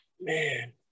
man